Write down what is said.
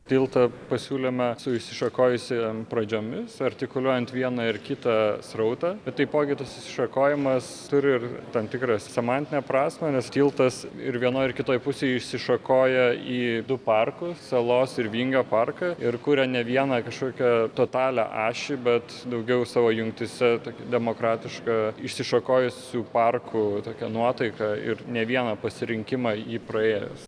tiltą pasiūlėme su išsišakojusiom pradžiomis artikuliuojant vieną ir kitą srautą taipogi tas išsišakojimas turi ir tam tikrą semantinę prasmę nes tiltas ir vienoj ir kitoj pusėj išsišakoja į du parkus salos ir vingio parką ir kuria ne vieną kažkokią totalią ašį bet daugiau savo jungtyse tokią demokratišką išsišakojusių parkų tokią nuotaiką ir ne vieną pasirinkimą jį praėjęs